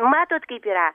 matot kaip yra